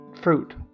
fruit